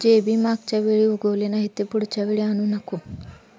जे बी मागच्या वेळी उगवले नाही, ते पुढच्या वेळी आणू नको